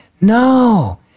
No